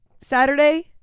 Saturday